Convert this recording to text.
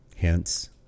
Hence